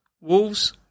Wolves